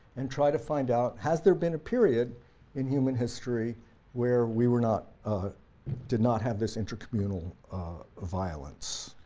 and try to find out has there been a period in human history where we were not ah did not have this inter-communal violence.